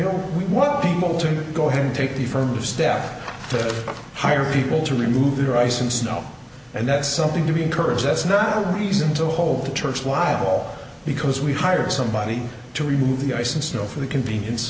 know we won't be able to go ahead and take the firmest death to hire people to remove your ice and snow and that's something to be encouraged that's not a reason to hold the church while because we hired somebody to remove the ice and snow for the convenience